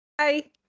Hi